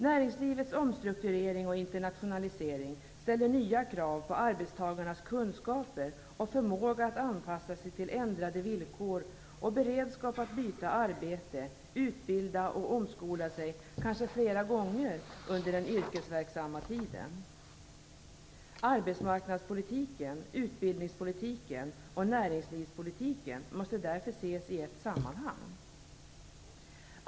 Näringslivets omstrukturering och internationalisering ställer nya krav på arbetstagarnas kunskaper och förmåga att anpassa sig till ändrade villkor och beredskap att byta arbete, utbilda och omskola sig kanske flera gånger under den yrkesverksamma tiden. Arbetsmarknadspolitiken, utbildningspolitiken och näringslivspolitiken måste därför ses i ett sammanhang.